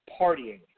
partying